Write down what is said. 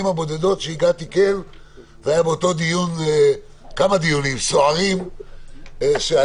הבודדות שכן הגעתי זה היה לכמה דיונים סוערים שהיו,